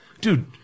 dude